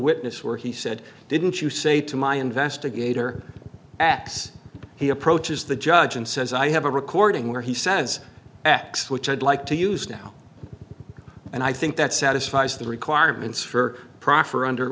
witness where he said didn't you say to my investigator x he approaches the judge and says i have a recording where he says x which i'd like to use now and i think that satisfies the requirements for proffer under